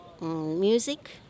music